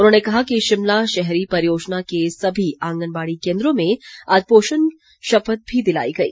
उन्होंने कहा कि शिमला शहरी परियोजना के सभी आंगनबाड़ी केन्द्रों में आज पोषण शपथ भी दिलाई गई